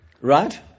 Right